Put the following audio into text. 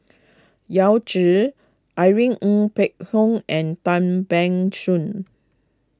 Yao Zi Irene Ng Phek Hoong and Tan Ban Soon